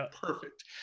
perfect